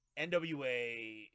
NWA